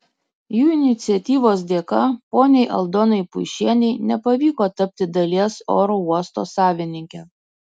jų iniciatyvos dėka poniai aldonai puišienei nepavyko tapti dalies oro uosto savininke